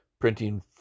printing